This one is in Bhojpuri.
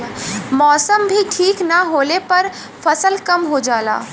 मौसम भी ठीक न होले पर फसल कम हो जाला